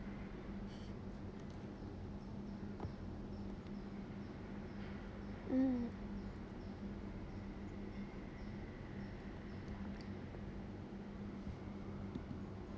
mm